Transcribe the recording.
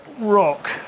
rock